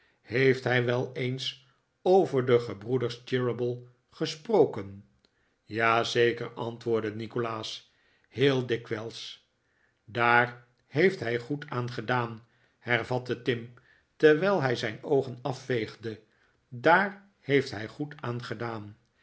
heeft hij wel eens over de gebroeders cheeryble gesproken ja zeker antwoordde nikolaas heel dikwijls l daar heeft hij goed aan gedaan hervatte tim terwijl hij zijn oogen afveegde daar heeft hij goed aan gedaan